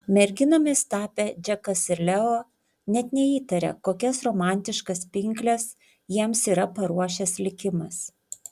merginomis tapę džekas ir leo net neįtaria kokias romantiškas pinkles jiems yra paruošęs likimas